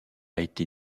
été